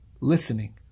listening